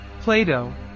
Plato